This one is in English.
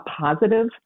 positive